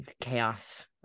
Chaos